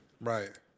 Right